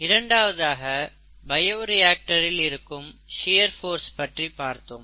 இரண்டாவதாக பயோரியாக்டரில் இருக்கும் ஷியர் போர்ஸ் பற்றி பார்த்தோம்